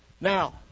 Now